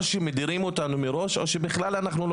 או שמדירים אותנו מראש או שבכלל אנחנו לא